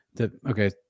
Okay